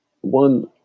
One